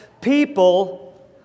people